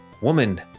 woman